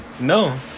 No